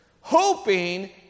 hoping